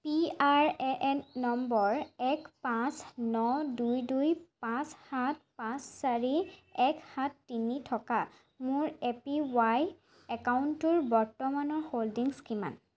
PRAN number এক পাঁচ ন দুই দুই পাঁচ সাত পাঁচ চাৰি এক সাত তিনি থকা মোৰ এপিৱাই একাউণ্টটোৰ বৰ্তমানৰ হোল্ডিংছ কিমান